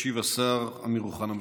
ישיב השר אמיר אוחנה.